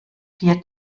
vier